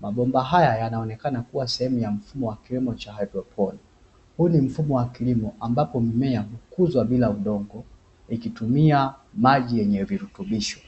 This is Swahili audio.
Mabomba haya yanaonekana kuwa sehemu ya mfumo wa kilimo cha haidroponi. Huu ni mfumo kilimo ambapo mimea hukuzwa bila udongo; ikitumia maji yenye virutubisho.